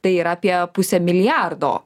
tai yra apie pusę milijardo